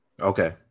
okay